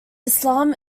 islam